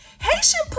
haitian